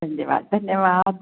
धन्यवाद धन्यवाद